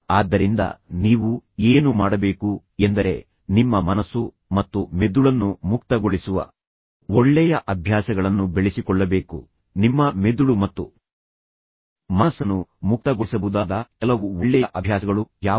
ಆದ್ದರಿಂದ ನೀವು ಏನು ಮಾಡಬೇಕು ಎಂದರೆ ನಿಮ್ಮ ಮನಸ್ಸು ಮತ್ತು ಮೆದುಳನ್ನು ಮುಕ್ತಗೊಳಿಸುವ ಒಳ್ಳೆಯ ಅಭ್ಯಾಸಗಳನ್ನು ಬೆಳೆಸಿಕೊಳ್ಳಬೇಕು ನಿಮ್ಮ ಮೆದುಳು ಮತ್ತು ಮನಸ್ಸನ್ನು ಮುಕ್ತಗೊಳಿಸಬಹುದಾದ ಕೆಲವು ಒಳ್ಳೆಯ ಅಭ್ಯಾಸಗಳು ಯಾವುವು